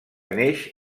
neix